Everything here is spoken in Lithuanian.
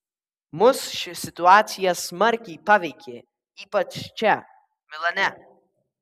mus ši situacija smarkiai paveikė ypač čia milane